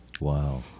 Wow